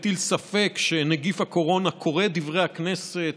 אני מטיל ספק שנגיף הקורונה קורא את דברי הכנסת,